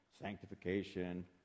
sanctification